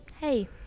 hey